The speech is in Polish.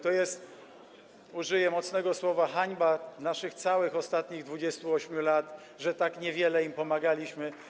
To jest - użyję mocnego słowa - hańba naszych całych ostatnich 28 lat, że tak niewiele im pomagaliśmy.